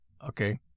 Okay